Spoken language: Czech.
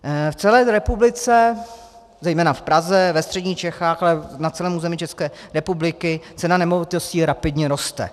V celé republice, zejména v Praze, ve středních Čechách, ale na celém území České republiky cena nemovitostí rapidně roste.